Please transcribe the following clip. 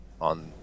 on